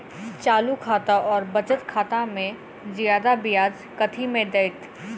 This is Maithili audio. चालू खाता आओर बचत खातामे जियादा ब्याज कथी मे दैत?